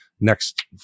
next